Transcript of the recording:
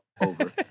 over